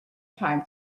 time